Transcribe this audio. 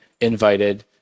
invited